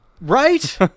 Right